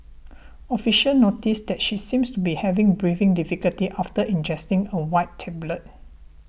officers noticed that she seemed to be having breathing difficulties after ingesting a white tablet